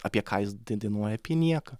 apie ką jis dai dainuoja apie nieką